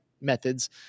methods